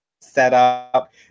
setup